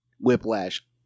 Whiplash